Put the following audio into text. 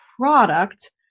product